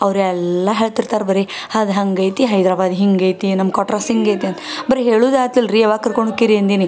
ಅವರೆಲ್ಲಾ ಹೇಳ್ತಿರ್ತಾರೆ ಬರೀ ಅದು ಹಂಗೈತಿ ಹೈದರಾಬಾದ್ ಹಿಂಗೈತಿ ನಮ್ಮ ಕ್ವಾರ್ಟರ್ಸ್ ಹಿಂಗೈತಿ ಅಂತ ಬರೀ ಹೇಳೋದ ಆಯ್ತಲ್ಲ ರೀ ಯಾವಾಗ ಕರ್ಕೊಂಡು ಹೊಕ್ಕೀರಿ ಅಂದೀನಿ